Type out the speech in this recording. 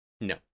No